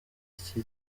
iki